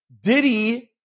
Diddy